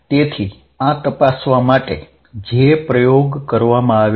તેથી આ તપાસવા માટે જે પ્રયોગ કરવામાં આવે છે